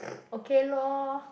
okay lor